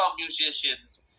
musicians